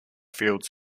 fields